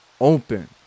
open